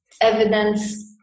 evidence